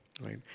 right